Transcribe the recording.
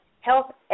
health